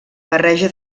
barreja